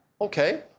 Okay